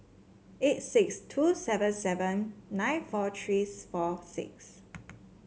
eight six two seven seven nine four three four six